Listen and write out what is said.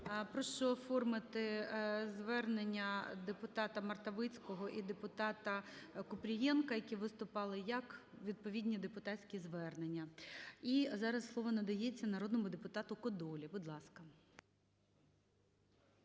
Прошу оформити звернення депутатаМартовицького і депутата Купрієнка, які виступали, як відповідні депутатські звернення. І зараз слово надається народному депутату Кодолі, будь ласка.